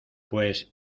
pues